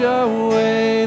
away